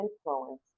influence